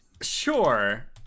Sure